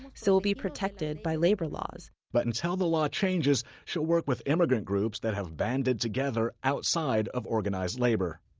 so we will be protected by labor laws. but until the law changes, she'll work with immigrant groups that have banded together outside of organized labor.